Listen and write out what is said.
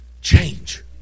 Change